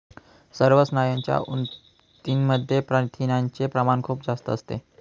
सर्व स्नायूंच्या ऊतींमध्ये प्रथिनांचे प्रमाण खूप जास्त असते